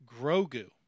Grogu